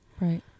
Right